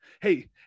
Hey